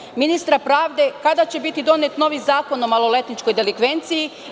Pitam i ministra pravde – kada će biti donet novi zakon o maloletničkoj delikvenciji?